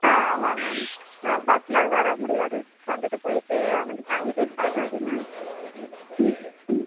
ஆ ஆமாம் மேம் பஸ்ஸில் வர முடியாது வந்துவிட்டு போய்விட்டு அவனுக்கு டைம் செட் ஆகாது மேம் ம் ம்